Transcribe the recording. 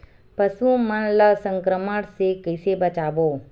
पशु मन ला संक्रमण से कइसे बचाबो?